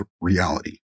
reality